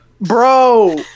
bro